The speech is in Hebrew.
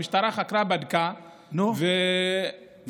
המשטרה חקרה ובדקה, ומה?